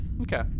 Okay